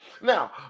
now